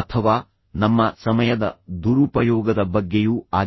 ಅಥವಾ ನಮ್ಮ ಸಮಯದ ದುರುಪಯೋಗದ ಬಗ್ಗೆಯೂ ಆಗಿದೆ